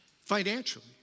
financially